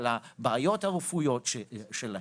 על הבעיות הרפואיות שלהם.